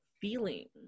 Feeling